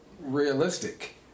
realistic